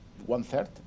one-third